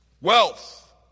Wealth